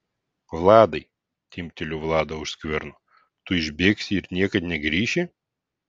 vladai timpteliu vladą už skverno tu išbėgsi ir niekad negrįši